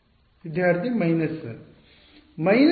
ವಿದ್ಯಾರ್ಥಿ ಮೈನಸ್ 1